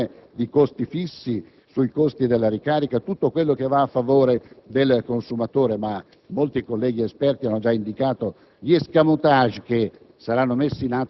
sulla soppressione dei costi fissi, sui costi di ricarica e su tutto quanto va a favore del consumatore, ma molti colleghi esperti hanno già indicato gli *escamotage* che